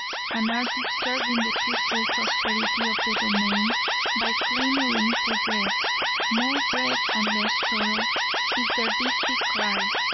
and are disturbing the peaceful prosperity of the domain by clamoring for bread more bread and less toil is their beastly cry.